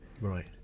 Right